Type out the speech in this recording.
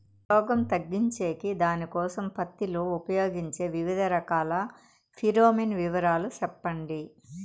రోగం తగ్గించేకి దానికోసం పత్తి లో ఉపయోగించే వివిధ రకాల ఫిరోమిన్ వివరాలు సెప్పండి